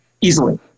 Easily